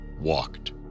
walked